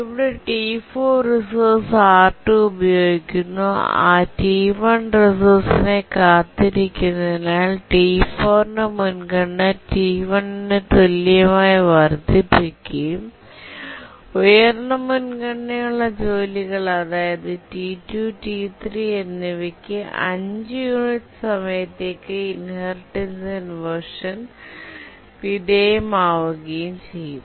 ഇവിടെ T4 resource R2 ഉപയോഗിക്കുന്നു T1 റിസോഴ്സിനായി കാത്തിരിക്കുന്നതിനാൽ T4 ന്റെ മുൻഗണന T1 നു തുല്യമായി വർദ്ധിപ്പിക്കുകയും ഉയർന്ന മുൻഗണനയുള്ള ജോലികൾ അതായത് T2 T3 എന്നിവയ്ക്ക് 5 യൂണിറ്റ് സമയത്തേക്ക് ഇൻഹെറിറ്റൻസ് ഇൻവെർഷൻ വിധേയമാവുകയും ചെയ്യും